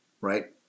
Right